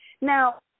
Now